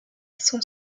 sont